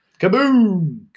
Kaboom